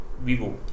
vivo